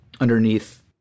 underneath